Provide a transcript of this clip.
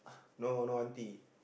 no no aunty